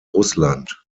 russland